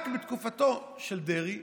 רק בתקופתו של דרעי